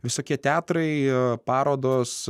visokie teatrai parodos